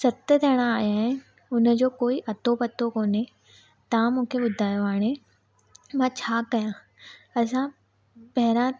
सत थियण आया आहिनि हुनजो कोई अतो पतो कोन्हे तव्हां मूंखे ॿुधायो हाणे मां छा कयां असां पहिरां